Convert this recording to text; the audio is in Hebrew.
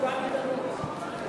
חברות וחברי הכנסת,